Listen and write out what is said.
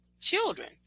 children